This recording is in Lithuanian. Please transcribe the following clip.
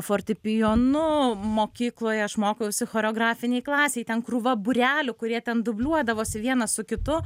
fortepijonu mokykloje aš mokiausi choreografinėj klasėj ten krūvą būrelių kurie ten dubliuodavosi vienas su kitu